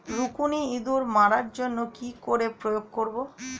রুকুনি ইঁদুর মারার জন্য কি করে প্রয়োগ করব?